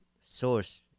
source